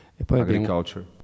agriculture